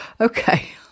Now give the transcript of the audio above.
okay